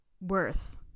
worth